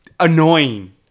Annoying